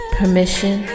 permission